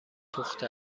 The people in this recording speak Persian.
پخته